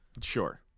Sure